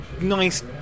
nice